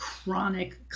chronic